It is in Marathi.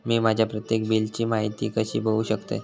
मी माझ्या प्रत्येक बिलची माहिती कशी बघू शकतय?